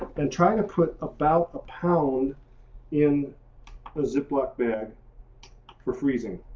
and trying to put about a pound in a ziplock bag for freezing.